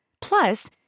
Plus